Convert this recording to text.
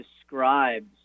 describes